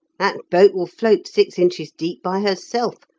that boat will float six inches deep by herself,